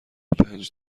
پنج